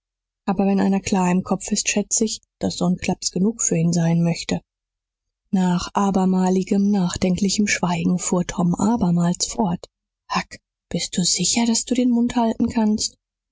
aber wenn einer klar im kopf ist schätz ich daß so n klaps genug für ihn sein möchte nach abermaligem nachdenklichem schweigen fuhr tom abermals fort huck bist du sicher daß du den mund halten kannst